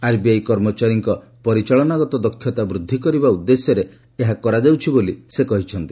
RBI କର୍ମଚାରୀଙ୍କ ପରିଚାଳନାଗତ ଦକ୍ଷତା ବୃଦ୍ଧି କରିବା ଉଦ୍ଦେଶ୍ୟରେ ଏହା କରାଯାଉଛି ବୋଲି ଶ୍ରୀ ଦାସ କହିଛନ୍ତି